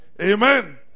amen